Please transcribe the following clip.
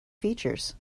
features